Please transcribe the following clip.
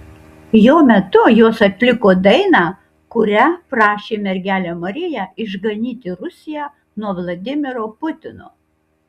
jo metu jos atliko dainą kuria prašė mergelę mariją išganyti rusiją nuo vladimiro putino